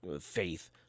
faith